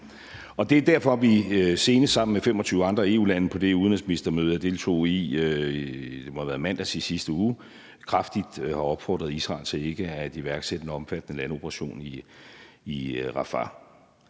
Det er derfor, vi, senest sammen med 25 andre EU-lande på det udenrigsministermøde, jeg deltog i i mandags i sidste uge, må det have været, kraftigt har opfordret Israel til ikke at iværksætte en omfattende landoperation i Rafah